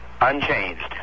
unchanged